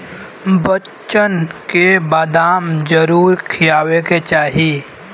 बच्चन के बदाम जरूर खियावे के चाही